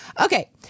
Okay